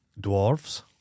dwarves